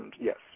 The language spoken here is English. yes